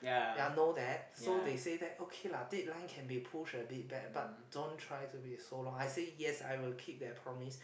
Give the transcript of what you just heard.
ya know that so they say that okay lah dateline can be push a bit back but don't try to be so long I say that yes I will keep that promise